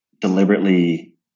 deliberately